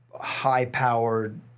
high-powered